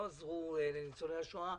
לא עזרו לניצולי השואה.